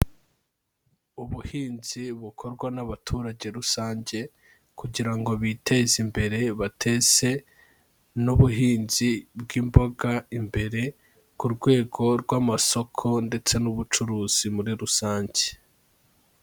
Ubuhinzi bukorwa n'abaturage rusange kugira ngo biteze imbere bateze n'ubuhinzi bw'imboga imbere ku rwego rw'amasoko ndetse n'ubucuruzi muri rusange.